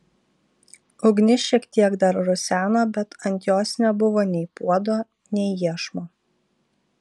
ugnis šiek tiek dar ruseno bet ant jos nebuvo nei puodo nei iešmo